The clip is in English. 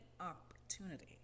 opportunity